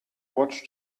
watch